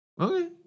Okay